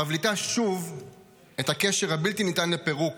מבליטה שוב את הקשר הבלתי-ניתן לפירוק